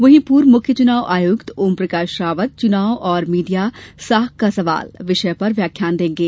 वहीं पूर्व मुख्य चुनाव आयुक्त ओमप्रकाश रावत चुनाव और मीडिया साख का सवाल विषय पर व्याख्यान देंगे